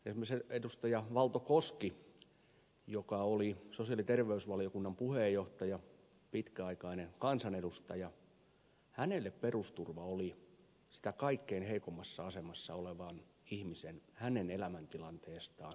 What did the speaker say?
esimerkiksi edustaja valto koskelle joka oli sosiaali ja terveysvaliokunnan puheenjohtaja pitkäaikainen kansanedustaja perusturva oli sitä kaikkein heikoimmassa asemassa olevan ihmisen elämäntilanteesta huolen pitämistä